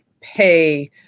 pay